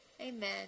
Amen